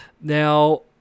Now